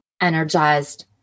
energized